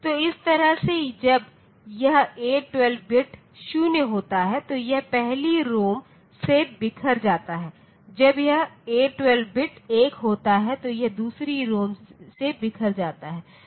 तो इस तरह से जब यह A12 बिट 0 होता है तो यह पहली रोम से बिखर जाता है जब यह A12 बिट 1 होता है तो यह दूसरी रोम से बिखर जाता है